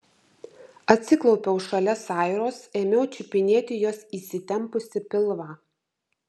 atsiklaupiau šalia sairos ėmiau čiupinėti jos įsitempusį pilvą